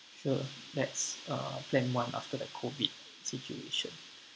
sure let's uh plan one after the COVID situation